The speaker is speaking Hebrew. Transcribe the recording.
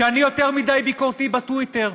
שאני יותר מדי ביקורתי בטוויטר.